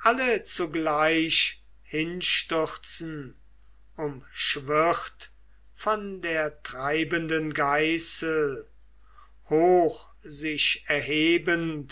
alle zugleich hinstürzen umschwirrt von der treibenden geißel hoch sich erhebend